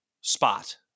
spot